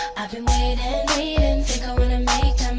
i've been waiting think i wanna make